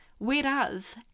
Whereas